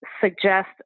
suggest